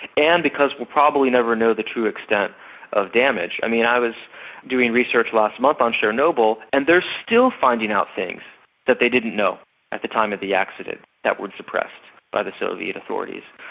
and because we'll probably never know the true extent of damage. i mean i was doing research last month on chernobyl, and they're still finding out things that they didn't know at the time of the accident that were suppressed by the soviet authorities.